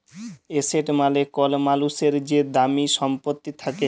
asset মালে কল মালুসের যে দামি ছম্পত্তি থ্যাকে